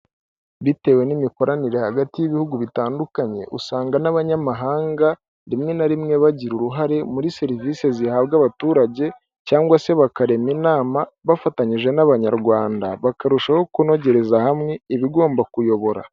Bitewe n'imikoranire hagati y'ibihugu bitandukanye usanga n'abanyamahanga rimwe na rimwe bagira uruhare muri serivisi zihabwa abaturage cyangwa se bakarema inama bafatanyije n'abanyarwanda bakarushaho kunogereza hamwe ibigomba kuyobora.